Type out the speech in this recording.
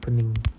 I opening